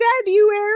February